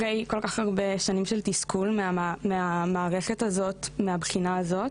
אחרי כל כך הרבה שנים של תסכול מהמערכת הזו מהבחינה הזו,